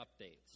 updates